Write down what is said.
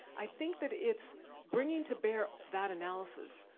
i think that it's bringing to bear that analysis,